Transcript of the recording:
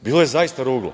bilo je zaista ruglo,